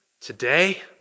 today